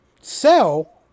sell